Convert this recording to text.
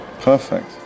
Perfect